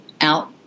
out